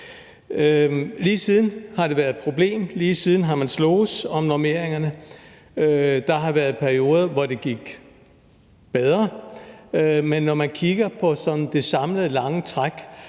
Lige siden har det været et problem, lige siden har man sloges om normeringerne. Der har været perioder, hvor det gik, men når man kigger på sådan det samlede lange træk